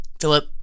Philip